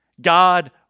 God